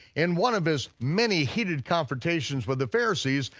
in one of his many heated confrontations with the pharisees,